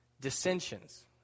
dissensions